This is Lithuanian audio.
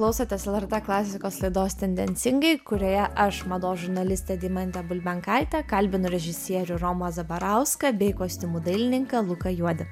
klausotės lrt klasikos laidos tendencingai kurioje aš mados žurnalistė deimantė bulbenkaitė kalbinu režisierių romą zabarauską bei kostiumų dailininką luką juodį